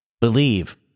Believe